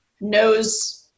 knows